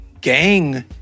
gang